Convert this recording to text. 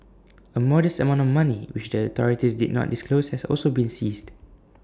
A modest amount of money which the authorities did not disclose has also been seized